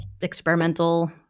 experimental